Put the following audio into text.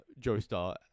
Joestar